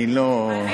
אני לא,